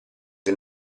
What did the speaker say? del